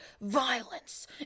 violence